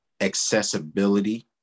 accessibility